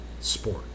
sport